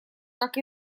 как